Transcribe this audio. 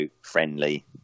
friendly